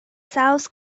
south